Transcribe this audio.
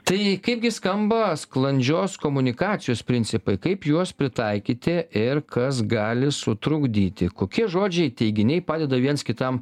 tai kaipgi skamba sklandžios komunikacijos principai kaip juos pritaikyti ir kas gali sutrukdyti kokie žodžiai teiginiai padeda viens kitam